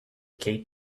keep